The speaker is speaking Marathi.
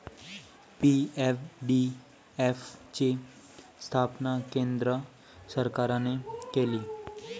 पी.एफ.डी.एफ ची स्थापना केंद्र सरकारने केली